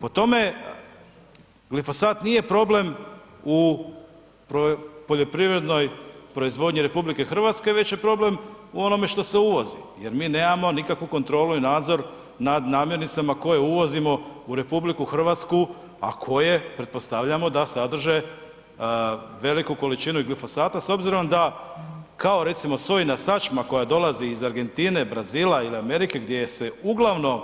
Po tome glifosat nije problem u poljoprivrednoj proizvodnji RH već je problem u onome što se uvozi jer mi nemamo nikakvu kontrolu i nadzor nad namirnicama koje uvozimo u RH, a koje pretpostavljamo da sadrže veliku količinu glifosata s obzirom da kao recimo sojina sačma koja dolazi iz Argentine, Brazila ili Amerike gdje se uglavnom